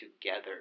together